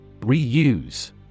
Reuse